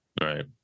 Right